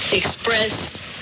express